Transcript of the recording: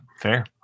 fair